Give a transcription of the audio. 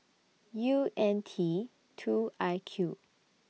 U N T two I Q